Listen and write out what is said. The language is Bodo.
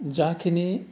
जाखिनि